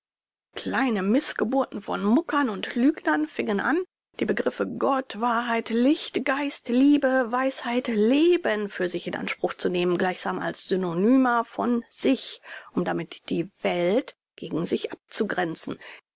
kleine mißgeburten von muckern und lügnern fiengen an die begriffe gott wahrheit licht geist liebe weisheit leben für sich in anspruch zu nehmen gleichsam als synonyma von sich um damit die welt gegen sich abzugrenzen